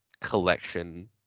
collection